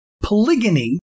polygyny